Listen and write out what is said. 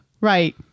right